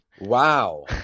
Wow